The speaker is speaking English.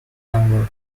download